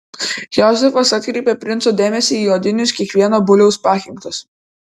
jozefas atkreipė princo dėmesį į odinius kiekvieno buliaus pakinktus